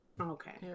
okay